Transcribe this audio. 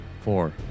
Four